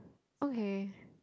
okay